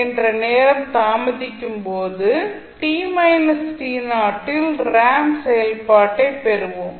என்ற நேரம் தாமதிக்கும் போது படத்தில் காட்டப்பட்டுள்ளதைப் போல ல் ரேம்ப் செயல்பாட்டைப் பெறுவோம்